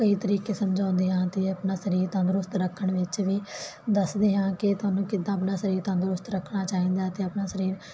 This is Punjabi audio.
ਕਈ ਤਰੀਕੇ ਸਮਝਾਉਂਦੇ ਹਨ ਤੇ ਆਪਣਾ ਸਰੀਰ ਤੰਦਰੁਸਤ ਰੱਖਣ ਵਿੱਚ ਵੀ ਦੱਸਦੇ ਹਾਂ ਕਿ ਤੁਹਾਨੂੰ ਕਿੱਦਾਂ ਆਪਣਾ ਸਰੀਰ ਤੰਦਰੁਸਤ ਰੱਖਣਾ ਚਾਹੀਦਾ ਹੈ ਤੇ ਆਪਣਾ ਸਰੀਰ